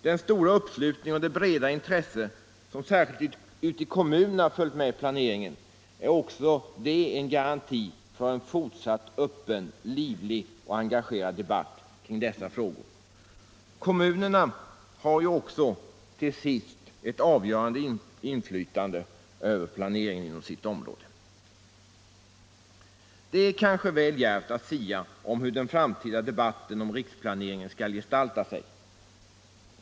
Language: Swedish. Den stora uppslutning och det breda intresse som särskilt ute i kommunerna följt med planeringen är också en garanti för en fortsatt öppen, livlig och engagerad debatt kring dessa frågor. Kommunerna har ju också till sist ett avgörande inflytande över planeringen inom sitt område. Det är kanske väl djärvt att sia om hur den framtida debatten om riksplaneringen skall gestalta sig.